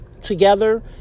together